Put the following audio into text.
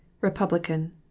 Republican